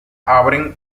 abren